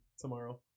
tomorrow